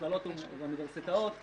מכללות ואוניברסיטאות.